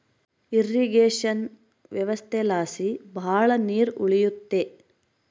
irrigation ವ್ಯವಸ್ಥೆಲಾಸಿ ಭಾಳ ನೀರ್ ಉಳಿಯುತ್ತೆ